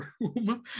room